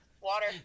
water